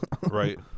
Right